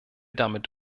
damit